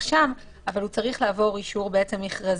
שם אבל הוא צריך לעבור אישור מכרזי,